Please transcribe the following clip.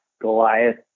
Goliath